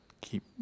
keep